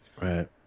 Right